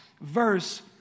verse